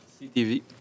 CTV